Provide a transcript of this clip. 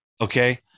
Okay